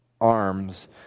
arms